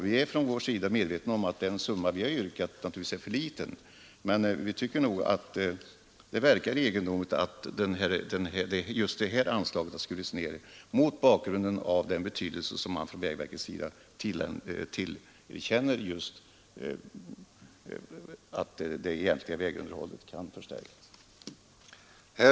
Vi är på vår sida medvetna om att det belopp vi yrkat är för litet, men med tanke på den betydelse som man från vägverkets sida tillerkänner just det egentliga vägunderhållet tycker vi det verkar egendomligt att just det anslaget kraftigt har skurits ner.